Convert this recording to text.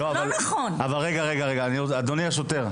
אדוני השוטר,